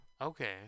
Okay